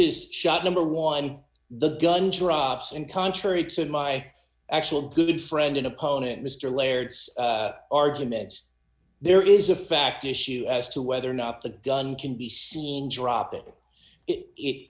is shot number one the gun drops and contrary to my actual good friend an opponent mr laird's arguments there is a fact issue as to whether or not the gun can be seen dropping it